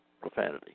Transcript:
profanity